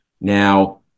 now